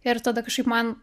ir tada kažkaip man